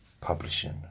Publishing